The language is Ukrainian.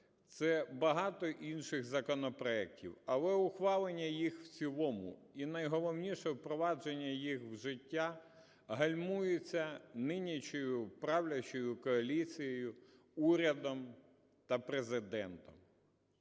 Це багато інших законопроектів. Але ухвалення їх в цілому, і найголовніше – впровадження їх в життя, гальмується нині правлячою коаліцією, урядом та Президентом.